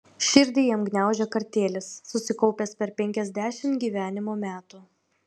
širdį jam gniaužė kartėlis susikaupęs per penkiasdešimt gyvenimo metų